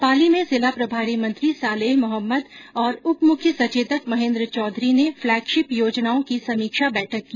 पाली में जिला प्रभारी मंत्री सालेह मोहम्मद और उप मुख्य सचेतक महेन्द्र चौधरी ने फ्लैगशिप योजनाओं की समीक्षा बैठक की